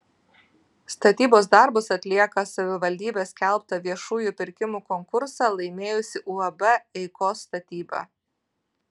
statybos darbus atlieka savivaldybės skelbtą viešųjų pirkimų konkursą laimėjusi uab eikos statyba